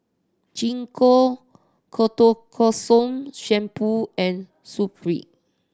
Gingko Ketoconazole Shampoo and Supravit